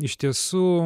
iš tiesų